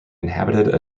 inhabited